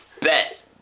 Bet